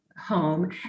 home